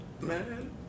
Man